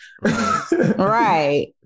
Right